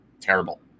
terrible